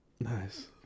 Nice